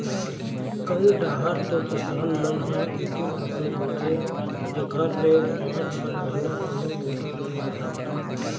कइ डाहर तो किसान मन ह एके फसल बोथे जेखर ले पाँच छै महिना कोनो बूता नइ रहय